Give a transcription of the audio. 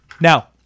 Now